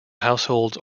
households